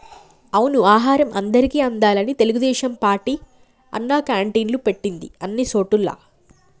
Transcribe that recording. అవును ఆహారం అందరికి అందాలని తెలుగుదేశం పార్టీ అన్నా క్యాంటీన్లు పెట్టింది అన్ని సోటుల్లా